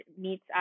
meets